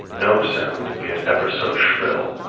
no sound, be it ever so shrill,